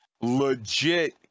legit